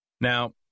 Now